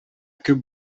күп